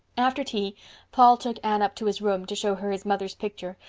after tea paul took anne up to his room to show her his mother's picture,